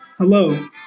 Hello